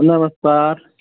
नमस्कार